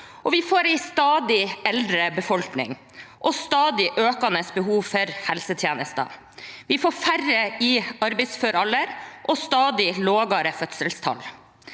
vi får en stadig eldre befolkning og stadig økende behov for helsetjenester. Vi får færre i arbeidsfør alder og stadig lavere fødselstall.